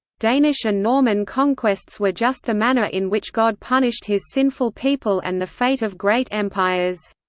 danish and norman conquests were just the manner in which god punished his sinful people and the fate of great empires.